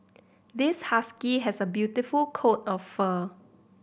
this husky has a beautiful coat of fur